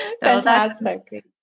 Fantastic